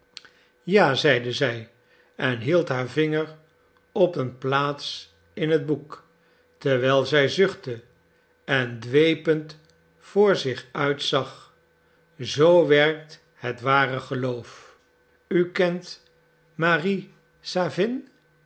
ja zeide zij en hield haar vinger op een plaats in het boek terwijl zij zuchtte en dwepend voor zich uit zag zoo werkt het ware geloof u kent marie